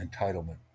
entitlement